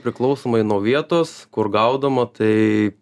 priklausomai nuo vietos kur gaudoma tai